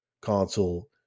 console